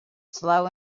slow